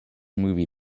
movie